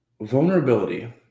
Vulnerability